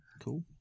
cool